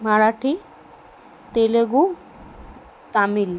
Marathi Telugu Tamil